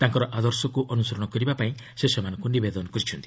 ତାଙ୍କର ଆଦର୍ଶକୁ ଅନୁସରଣ କରିବାକୁ ସେ ସେମାନଙ୍କୁ ନିବେଦନ କରିଛନ୍ତି